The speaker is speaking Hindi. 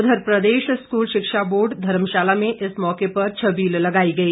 उधर प्रदेश स्कूल शिक्षा बोर्ड धर्मशाला में इस मौके पर छबील लगाई गई